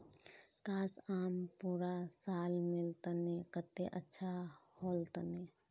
काश, आम पूरा साल मिल तने कत्ते अच्छा होल तने